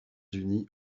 unis